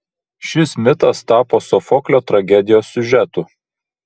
šis mitas tapo sofoklio tragedijos siužetu